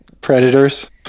Predators